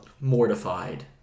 mortified